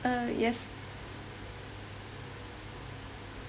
uh yes